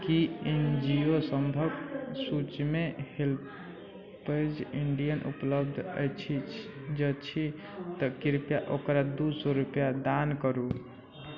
की N G O सभके सूचीमे HelpAge India उपलब्ध अछि जँ छी तऽ कृपया ओकरा दू सए रूपैआ दान करू